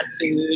food